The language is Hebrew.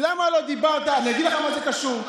אני אגיד לך למה זה קשור.